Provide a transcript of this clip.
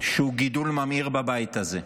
שהוא גידול ממאיר בבית הזה,